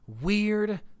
weird